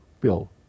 bill